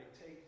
take